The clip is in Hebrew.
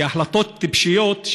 כי החלטות טיפשיות,